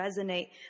resonate